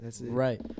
Right